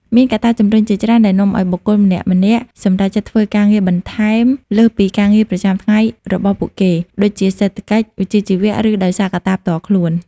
មានកត្តាជំរុញជាច្រើន ដែលនាំឱ្យបុគ្គលម្នាក់ៗសម្រេចចិត្តធ្វើការងារបន្ថែមលើសពីការងារប្រចាំរបស់ពួកគេ ដូចជា សេដ្ឋកិច្ច វិជ្ជាជីវៈ ឬដោយសារកត្តាផ្ទាល់ខ្លួន។